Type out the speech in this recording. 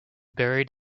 buried